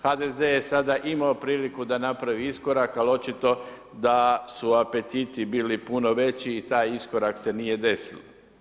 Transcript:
HDZ je sada imao priliku da napravi iskorak, ali očito da su apetiti bili puno veći, i taj iskorak se nije desio.